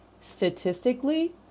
Statistically